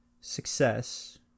success